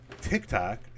TikTok